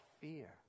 fear